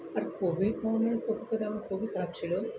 আর Covid তো অভিজ্ঞতা আমার খুবই খারাপ ছিল